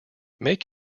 make